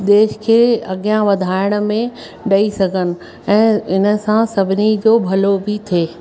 देश खे अगिया वधाइण में ॾेई सघनि ऐं हिन सां सभिनी जो भलो बि थिए